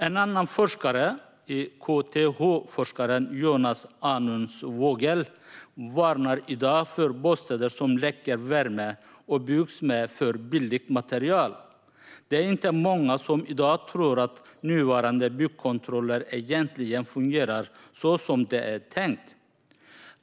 En annan forskare vid KTH, Jonas Anund Vogel, varnar i dag för bostäder som läcker värme och byggs med för billigt material. Det är inte många som i dag tror att nuvarande byggkontroller egentligen fungerar så som det är tänkt.